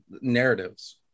narratives